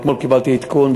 אתמול קיבלתי עדכון,